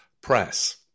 press